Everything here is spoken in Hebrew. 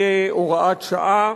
החוק יהיה הוראת שעה,